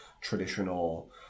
traditional